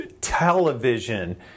television